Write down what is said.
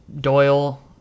Doyle